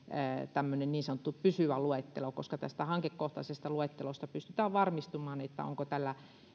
tämmöinen niin sanottu pysyvä luettelo koska tästä hankekohtaisesta luettelosta pystytään varmistamaan onko tällä